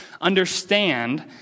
understand